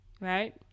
right